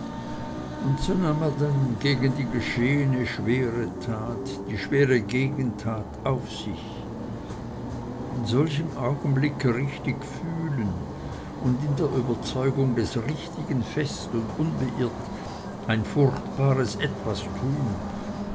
und so nahm er denn gegen die geschehene schwere tat die schwere gegentat auf sich in solchem augenblicke richtig fühlen und in der überzeugung des richtigen fest und unbeirrt ein furchtbares etwas tun